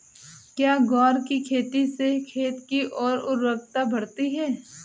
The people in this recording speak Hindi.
क्या ग्वार की खेती से खेत की ओर उर्वरकता बढ़ती है?